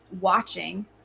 watching